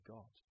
God